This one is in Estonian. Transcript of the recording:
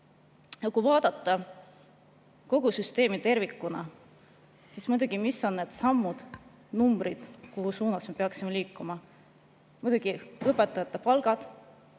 Kui vaadata kogu süsteemi tervikuna, siis mis on need sammud, numbrid, kuhu suunas me peaksime liikuma? Muidugi, õpetajate palgad